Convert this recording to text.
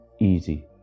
Easy